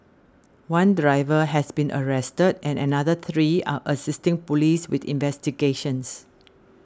one driver has been arrested and another three are assisting police with investigations